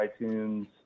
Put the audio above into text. iTunes